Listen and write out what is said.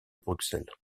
bruxelles